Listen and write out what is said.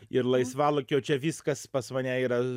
ir laisvalaikio čia viskas pas mane yra